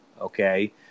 okay